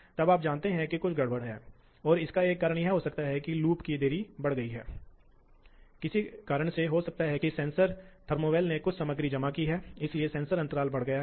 तो ये हैं आप जानते हैं कि बिजली के इलेक्ट्रॉनिक उपकरण बिजली के इलेक्ट्रॉनिक उपकरण साथ ही वे नियंत्रक हैं इलेक्ट्रॉनिक्स को नियंत्रित करते हैं